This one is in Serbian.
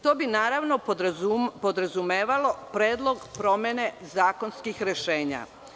To bi, naravno, podrazumevalo predlog promene zakonskih rešenja.